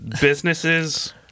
businesses